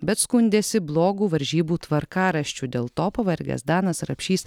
bet skundėsi blogu varžybų tvarkaraščiu dėl to pavargęs danas rapšys